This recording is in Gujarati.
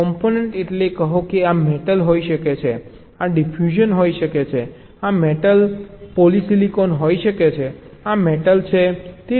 કમ્પોનન્ટ એટલે કહો કે આ મેટલ હોઈ શકે છે આ ડિફ્યુઝન હોઈ શકે છે આ મેટલ હોઈ શકે છે આ પોલિસિલિકન હોઈ શકે છે આ મેટલ હોઈ શકે છે